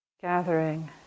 gathering